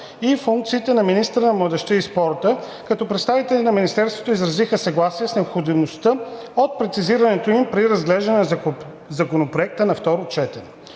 и функциите на министъра на младежта и спорта, като представителите на Министерството изразиха съгласие с необходимостта от прецизирането им при разглеждане на Законопроекта за второ гласуване.